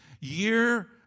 year